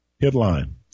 Headline